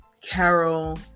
Carol